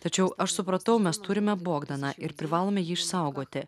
tačiau aš supratau mes turime bogdaną ir privalome jį išsaugoti